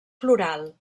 floral